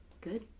Good